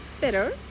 Better